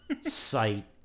sight